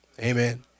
amen